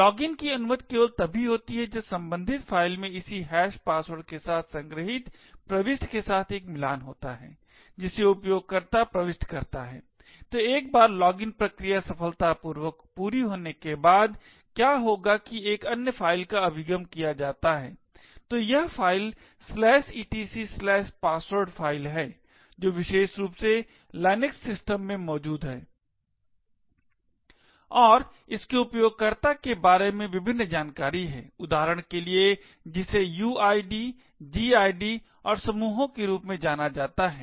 login की अनुमति केवल तभी होती है जब संबंधित फ़ाइल में इसी हैश पासवर्ड के साथ संग्रहीत प्रविष्टि के साथ एक मिलान होता है जिसे उपयोगकर्ता प्रविष्ट करता है तो एक बार लॉगिन प्रक्रिया सफलतापूर्वक पूरी होने के बाद क्या होगा कि एक अन्य फ़ाइल का अभिगम किया जाता है तो यह फ़ाइल etcpassword फ़ाइल है जो विशेष रूप से LINUX सिस्टम में मौजूद है और इसमें उपयोगकर्ता के बारे में विभिन्न जानकारी है उदाहरण के लिए जिसे uid gid और समूहों के रूप में जाना जाता है